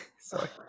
Sorry